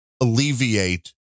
alleviate